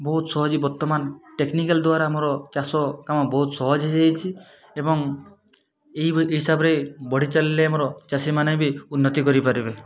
ବହୁତ ସହଜେ ବର୍ତ୍ତମାନ ଟେକ୍ନିକାଲ୍ ଦ୍ଵାରା ଆମର ଚାଷ କାମ ବହୁତ ସହଜ ହେଇଯାଇଛି ଏବଂ ଏଇଭଳି ହିସାବରେ ବଢ଼ି ଚାଲିଲେ ଆମର ଚାଷୀମାନେ ବି ଉନ୍ନତି କରିପାରିବେ